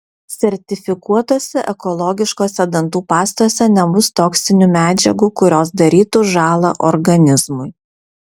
sertifikuotose ekologiškose dantų pastose nebus toksinių medžiagų kurios darytų žąlą organizmui